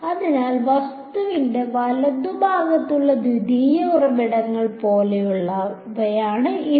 അതിനാൽ വസ്തുവിന്റെ വലതുഭാഗത്തുള്ള ദ്വിതീയ ഉറവിടങ്ങൾ പോലെയാണ് ഇവ